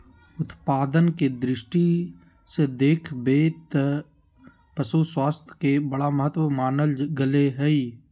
उत्पादन के दृष्टि से देख बैय त पशु स्वास्थ्य के बड़ा महत्व मानल गले हइ